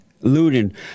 looting